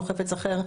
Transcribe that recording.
או חפץ אחר,